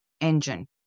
engine